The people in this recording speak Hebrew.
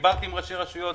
דיברתי עם ראשי רשויות.